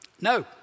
No